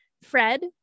Fred